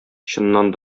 чыннан